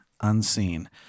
unseen